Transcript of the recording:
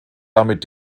damit